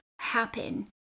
happen